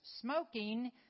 Smoking